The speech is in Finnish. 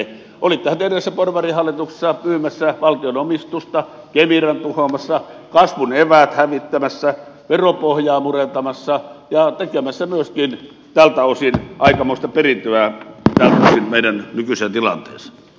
olittehan te edellisessä porvarihallituksessa myymässä valtion omistusta kemiran tuhoamassa kasvun eväät hävittämässä veropohjaa murentamassa ja tekemässä myöskin tältä osin aikamoista perintöä meidän nykyiseen tilanteeseen